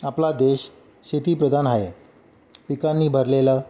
आपला देश शेतीप्रधान आहे पिकांनी भरलेलं